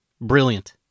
brilliant